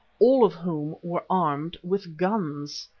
all of whom were armed with guns.